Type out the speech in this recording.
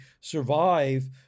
survive